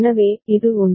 எனவே இது 1